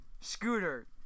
Scooter